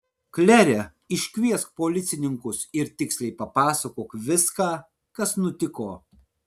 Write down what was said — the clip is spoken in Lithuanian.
klere iškviesk policininkus ir tiksliai papasakok viską kas nutiko